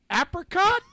apricot